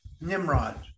Nimrod